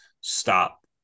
Stop